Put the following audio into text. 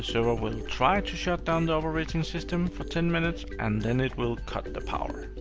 server will try to shut down the operating system for ten minutes, and then it will cut the power.